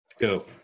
Go